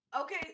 okay